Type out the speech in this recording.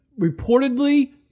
Reportedly